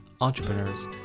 entrepreneurs